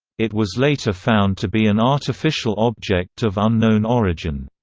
it was later found to be an artificial object of unknown origin.